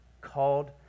called